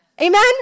Amen